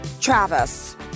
Travis